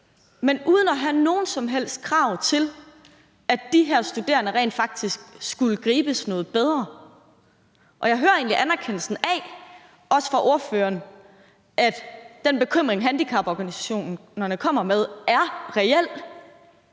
men uden at have nogen som helst krav til, at de her studerende rent faktisk skulle gribes noget bedre. Jeg hører egentlig, også fra ordføreren, anerkendelsen af, at den bekymring, handicaporganisationerne kommer med, er reel.